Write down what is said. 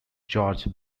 george